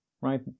Right